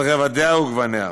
על רבדיה וגווניה,